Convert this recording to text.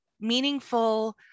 meaningful